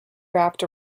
wrapped